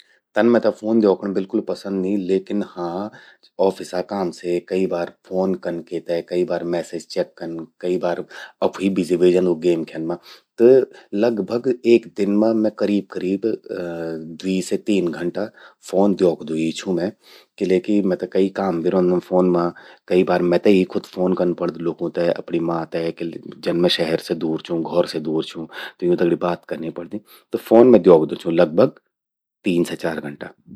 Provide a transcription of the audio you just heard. तन मेते फोन द्योखणं बिल्कुल पसंद नी लेकिन ऑफिसा काम से कई बार फोन कन केते, कई बार मैसेज चेक कन, कई बार अफ्वी बिजी व्हे जंदू गेम ख्यन मां। त लगभग एक दिन मां मां करीब-करीब द्वी से तीन घंटा फोन द्योखदूं ही छूं मैं। किलेकि मेते कई काम भी रौंदन फोन मां, कई बार मेते ही खुद फोन कन्न पड़द ल्वोखूं ते। अपणि मां ते, जन मां शहर बे दूर छूं, घौर से दूर छूं। त यूं दगड़ि बात कने पड़दि। त फोन मैं द्योखदू छूं लगभग तीन से चार घंटा।